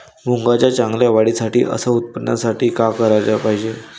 मुंगाच्या चांगल्या वाढीसाठी अस उत्पन्नासाठी का कराच पायजे?